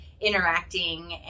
interacting